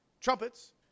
trumpets